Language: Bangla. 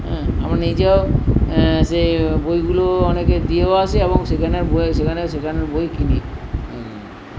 হ্যাঁ আবার নিজেও সেই বইগুলো অনেকে দিয়েও আসে এবং সেখান সেখানের সেকেন্ড হ্যান্ড বই কিনি